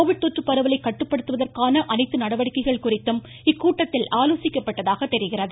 Covid தொற்று பரவலை கட்டுப்படுத்துவதற்கான அனைத்து நடவடிக்கைகள் குறித்தும் இக்கூட்டத்தில் ஆலோசிக்கப்பட்டதாக தெரிகிறது